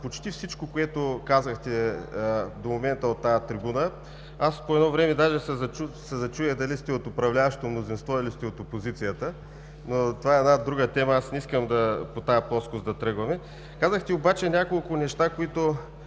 почти всичко, което казахте до момента от тази трибуна. По едно време даже се зачудих дали сте от управляващото мнозинство, или сте от опозицията, но това е друга тема и не искам да тръгваме по тази плоскост. Казахте обаче няколко неща, които,